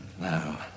Now